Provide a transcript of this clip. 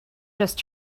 just